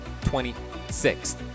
26th